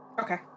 Okay